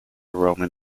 roman